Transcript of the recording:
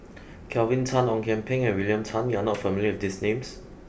Kelvin Tan Ong Kian Peng and William Tan you are not familiar with these names